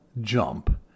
jump